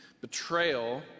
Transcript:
betrayal